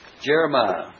Jeremiah